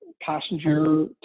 passenger